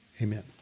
Amen